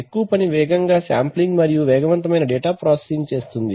ఎక్కువ పని వేగంగా శాంప్లింగ్ మరియు వేగవంతమైన డేటా ప్రాసెసింగ్ చేస్తుంది